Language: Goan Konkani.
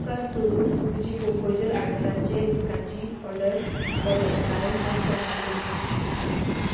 उपकार करून तुजी कोकोजल आडसराचें उदकचो ऑर्डर बदल कारण तो स्टॉकन ना